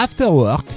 Afterwork